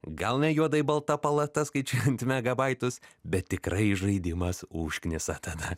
gal ne juodai balta palata skaičiuojant megabaitus bet tikrai žaidimas užknisa tada